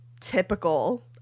typical